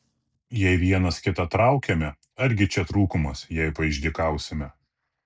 jei vienas kitą traukiame argi čia trūkumas jei paišdykausime